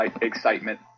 excitement